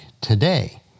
today